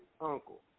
uncle